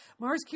Mars